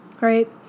right